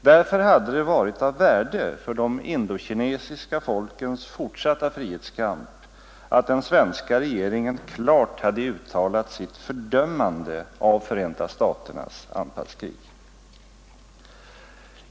Därför hade det varit av värde för de indokinesiska folkens fortsatta frihetskamp att den svenska regeringen klart hade uttalat sitt fördömande av Förenta staternas anfallskrig.